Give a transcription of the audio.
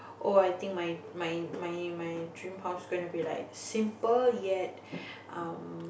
oh I think my my my my dream house's gonna be like simple yet